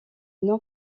non